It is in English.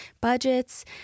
budgets